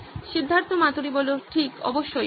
সিদ্ধার্থ মাতুরি ঠিক অবশ্যই